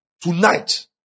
Tonight